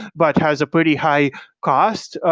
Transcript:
but has a pretty high cost.